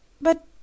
But